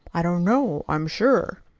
i don't know, i'm sure.